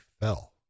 fell